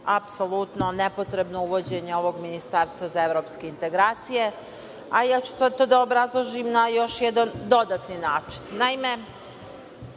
apsolutno nepotrebno uvođenje ovog ministarstva za evropske integracije, a ja ću to da obrazložim na još jedan dodatni način. Naime,